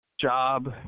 job